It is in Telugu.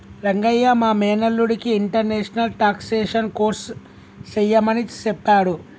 రంగయ్య మా మేనల్లుడికి ఇంటర్నేషనల్ టాక్సేషన్ కోర్స్ సెయ్యమని సెప్పాడు